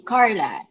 Carla